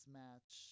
match